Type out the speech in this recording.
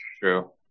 True